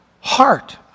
heart